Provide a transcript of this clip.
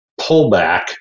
pullback